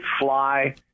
Fly